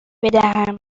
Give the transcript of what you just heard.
بدهم